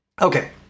Okay